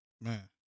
Man